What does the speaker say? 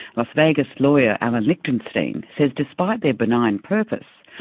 las vegas lawyer, allen lichtenstein, says despite their benign purpose,